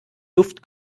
duft